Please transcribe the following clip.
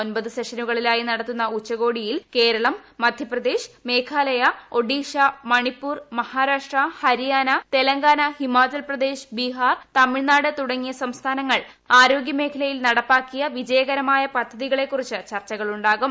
ഒൻപത് സെഷനുകളായി നടത്തുന്ന ഉച്ചകോടിയിൽ കേരളം മധ്യപ്രദേശ് മേഘാലയ ഒഡീഷ മണിപ്പൂർ മഹാരാഷ്ട്ര ഹരിയാന തെലങ്കാന ഹിമാചൽപ്രദേശ് ബീഹാർ തമിഴ്നാട് തുടങ്ങിയ സംസ്ഥാനങ്ങൾ ആരോഗ്യ മേഖലയിൽ നടപ്പാക്കിയ വിജയകരമായ പദ്ധതികളെ കുറിച്ച് ചർച്ചകളുണ്ടാകും